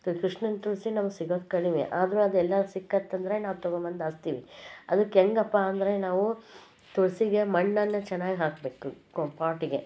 ಕೃಷ್ಣನ ತುಳಸಿ ನಮಗೆ ಸಿಗೋದು ಕಡಿಮೆ ಆದರೂ ಅದೆಲ್ಲಾರು ಸಿಕ್ಕಿತ್ತಂದ್ರೆ ನಾವು ತೊಗೊಬಂದು ಹಚ್ತೀವಿ ಅದಕ್ಕೆ ಹೇಗಪ್ಪಾ ಅಂದರೆ ನಾವು ತುಳಸಿಗೆ ಮಣ್ಣನ್ನು ಚೆನ್ನಾಗ್ ಹಾಕಬೇಕು ಪಾಟಿಗೆ